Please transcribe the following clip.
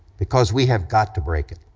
because we have got to break it.